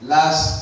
Last